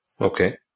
Okay